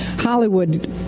Hollywood